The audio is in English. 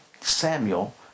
Samuel